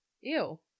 Ew